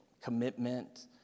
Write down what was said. commitment